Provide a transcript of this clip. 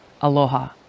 Aloha